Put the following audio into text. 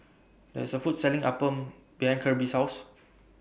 There IS A Food Selling Appam behind Kirby's House